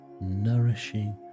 nourishing